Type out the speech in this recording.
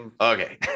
okay